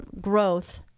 growth